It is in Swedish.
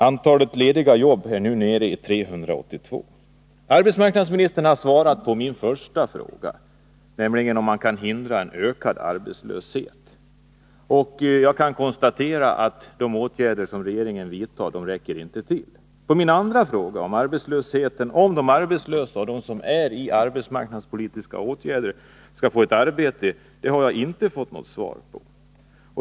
Antalet lediga jobb är nere i 382. Arbetsmarknadsministern har svarat på min första fråga, nämligen om man kan förhindra en ökad arbetslöshet. Jag kan konstatera att de åtgärder som regeringen vidtar inte räcker till. På min andra fråga, om de arbetslösa och de som är föremål för arbetsmarknadspolitiska åtgärder skall få ett arbete, har jag inte fått något svar.